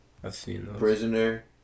prisoner